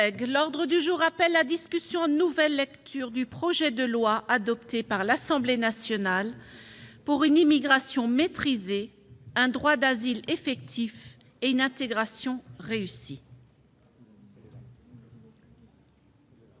L'ordre du jour appelle la discussion, en nouvelle lecture, du projet de loi, adopté par l'Assemblée nationale en nouvelle lecture, pour une immigration maîtrisée, un droit d'asile effectif et une intégration réussie